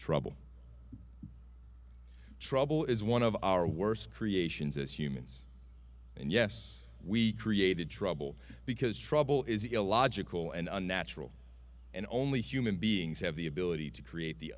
trouble trouble is one of our worst creations as humans and yes we created trouble because trouble is illogical and unnatural and only human beings have the ability to create the